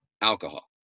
Alcohol